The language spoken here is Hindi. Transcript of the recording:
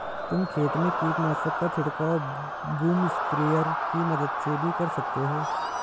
तुम खेत में कीटनाशक का छिड़काव बूम स्प्रेयर की मदद से भी कर सकते हो